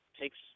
takes